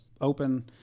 Open